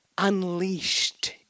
unleashed